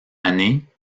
année